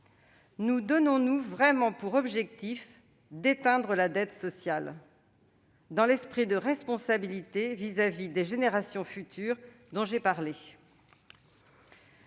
nous donnons-nous vraiment pour but d'éteindre la dette sociale, dans l'esprit de responsabilité vis-à-vis des générations futures dont je viens